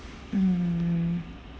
mm